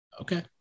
Okay